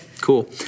cool